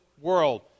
world